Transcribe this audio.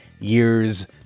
years